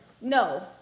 No